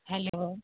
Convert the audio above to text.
hello